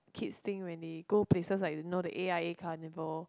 kids thing when they go places like you know the a_i_a carnival